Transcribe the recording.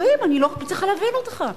אני לא מצליחה להבין אותך.